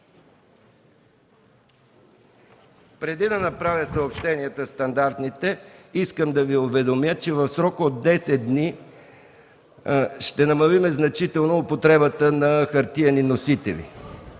Преди да направя стандартните съобщения, искам да Ви уведомя, че в срок от 10 дни ще намалим значително употребата на хартиени носители.